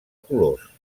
colors